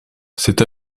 cette